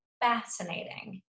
Fascinating